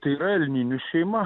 tai yra elninių šeima